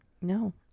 No